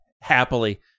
Happily